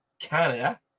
Canada